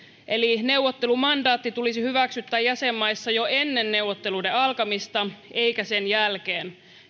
eli neuvottelumandaatti tulisi hyväksyttää jäsenmaissa jo ennen neuvotteluiden alkamista eikä sen jälkeen